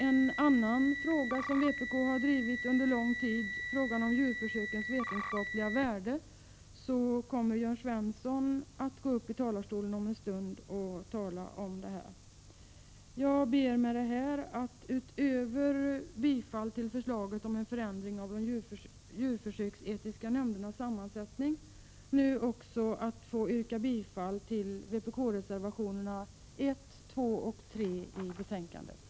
En annan fråga som vpk har drivit under lång tid är frågan om djurförsökens vetenskapliga värde. Jörn Svensson kommer om en stund att tala om detta. Jag ber med detta att utöver bifall till förslaget om en förändring av de djurförsöksetiska nämndernas sammansättning också få yrka bifall till vpk-reservationerna 1, 2 och 3 i betänkandet.